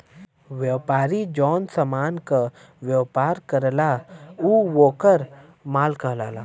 व्यापारी जौन समान क व्यापार करला उ वोकर माल कहलाला